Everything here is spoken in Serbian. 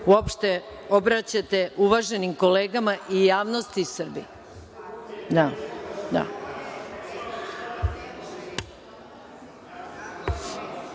uopšte obraćate uvaženim kolegama i javnosti u